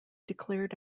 declared